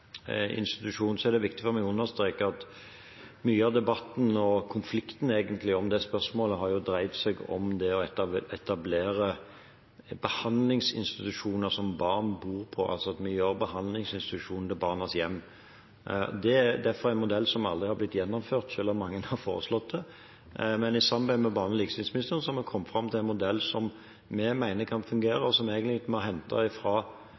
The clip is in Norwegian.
viktig for meg å understreke at mye av debatten og konflikten om det spørsmålet har dreid seg om det å etablere behandlingsinstitusjoner som barn bor på, altså at vi gjør behandlingsinstitusjonen til barnas hjem. Det er derfor en modell som aldri er blitt gjennomført, selv om mange har foreslått det. Men i samarbeid med barne- og likestillingsministeren har vi kommet fram til en modell som vi mener kan fungere,